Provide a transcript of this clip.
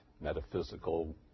metaphysical